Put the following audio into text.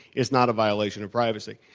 it's not a violation of privacy.